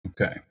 Okay